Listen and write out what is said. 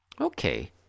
Okay